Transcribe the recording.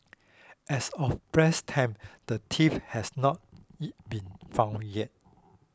as of press time the thief has not been found yet